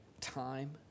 time